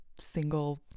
single